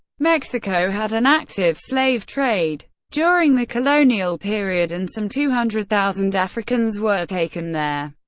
mexico had an active slave trade during the colonial period and some two hundred thousand africans were taken there,